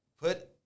put